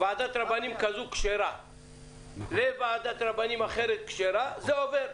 מוועדת רבנים כשרה לוועדת רבנים אחרת כשרה זה עובר.